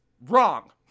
Wrong